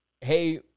hey